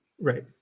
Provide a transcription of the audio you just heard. Right